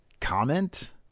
comment